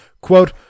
quote